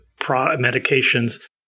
medications